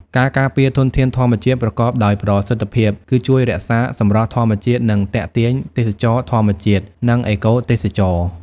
ការការពារធនធានធម្មជាតិប្រកបដោយប្រសិទ្ធភាព គឺជួយរក្សា សម្រស់ធម្មជាតិ និង ទាក់ទាញទេសចរណ៍ធម្មជាតិ និងអេកូទេសចរណ៍។